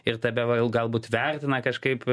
ir galbūt vertina kažkaip